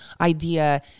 idea